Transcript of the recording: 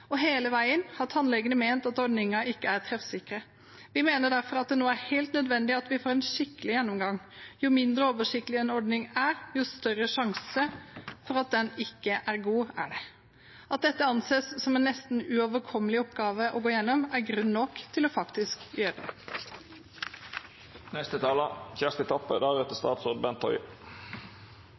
Hele veien har tannlegene ment at ordningene ikke er treffsikre. Vi mener derfor at det nå er helt nødvendig at vi får en skikkelig gjennomgang. Jo mindre oversiktlig en ordning er, jo større sjanse er det for at den ikke er god. At dette anses som en nesten uoverkommelig oppgave å gå gjennom, er grunn nok til faktisk å gjøre